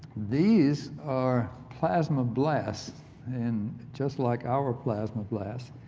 these are plasma blasts and just like our plasma blasts.